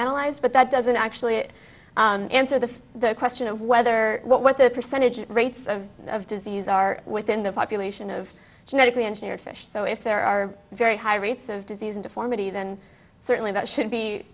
analyzed but that doesn't actually answer the the question of whether what the percentage rates of of disease are within the population of genetically engineered fish so if there are very high rates of disease in deformity then certainly about should be